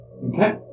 Okay